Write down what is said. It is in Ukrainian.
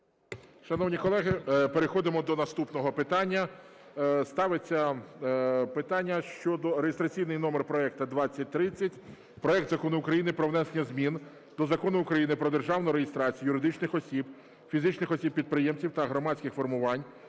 Шановні колеги, переходимо до наступного питання. Ставиться питання щодо, реєстраційний номер проекту 2030 – проект Закону України про внесення змін до Закону України "Про державну реєстрацію юридичних осіб, фізичних осіб-підприємців та громадських формувань"